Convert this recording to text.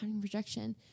projection